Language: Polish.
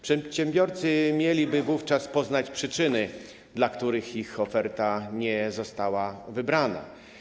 Przedsiębiorcy mieliby wówczas poznać przyczyny, dla których ich oferta nie została wybrana.